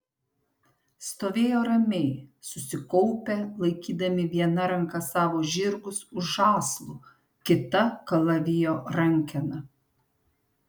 stovėjo ramiai susikaupę laikydami viena ranka savo žirgus už žąslų kita kalavijo rankeną